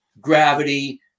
gravity